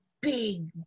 big